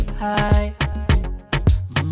high